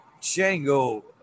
Shango